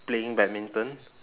playing badminton